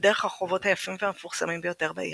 ודרך הרחובות היפים והמפורסמים ביותר בעיר.